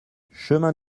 chemin